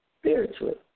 spiritually